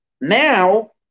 now